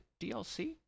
DLC